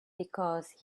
because